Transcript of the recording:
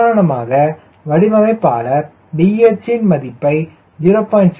உதாரணமாக வடிவமைப்பாளர் VH வின் மதிப்பை 0